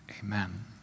Amen